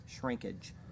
shrinkage